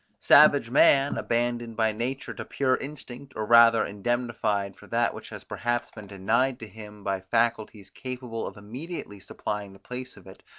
savage man, abandoned by nature to pure instinct, or rather indemnified for that which has perhaps been denied to him by faculties capable of immediately supplying the place of it,